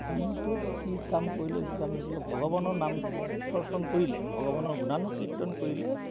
দিনটোত যি কাম কৰিলোঁ যি কাম নকৰিলোঁ ভগৱানৰ নাম শৰ্চন কৰিলে ভগৱানৰ গুণানু কীৰ্তন কৰিলে